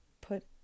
put